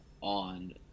on